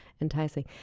enticing